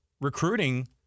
recruiting